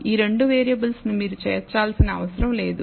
ఈ రెండు వేరియబుల్స్ ను మీరు చేర్చాల్సిన అవసరం లేదు